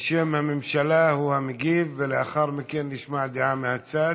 הוא המגיב בשם הממשלה, ולאחר מכן נשמע דעה מהצד.